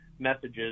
messages